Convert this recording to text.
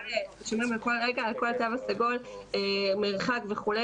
שומרים כל רגע על כל התו הסגול, מרחק וכו'.